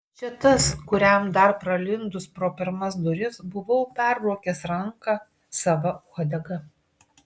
čia tas kuriam dar pralindus pro pirmas duris buvau perbraukęs ranką sava uodega